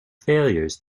failures